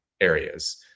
areas